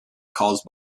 caused